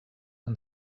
and